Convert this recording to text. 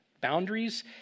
boundaries